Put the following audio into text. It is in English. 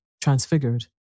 transfigured